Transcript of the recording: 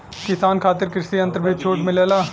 किसान खातिर कृषि यंत्र पर भी छूट मिलेला?